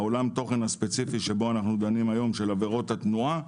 בעולם התוכן שבו אנו דנים היום של עבירות התנועה,